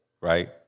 right